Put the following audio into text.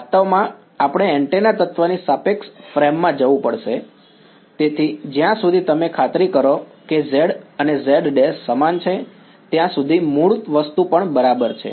વાસ્તવમાં હા આપણે એન્ટેના તત્વની સાપેક્ષ ફ્રેમમાં જવું પડશે તેથી જ્યાં સુધી તમે ખાતરી કરો કે z અને z′ સમાન છે ત્યાં સુધી મૂળ વસ્તુ પણ બરાબર છે